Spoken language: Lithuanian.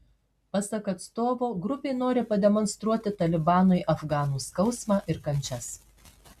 pasak atstovo grupė nori pademonstruoti talibanui afganų skausmą ir kančias